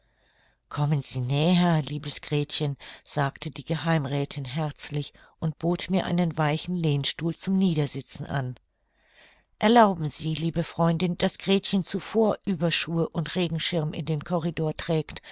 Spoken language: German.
kommen sie näher liebes gretchen sagte die geheimräthin herzlich und bot mir einen weichen lehnstuhl zum niedersitzen an erlauben sie liebe freundin daß gretchen zuvor ueberschuhe und regenschirm in den corridor trägt